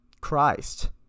Christ